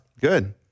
Good